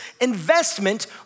investment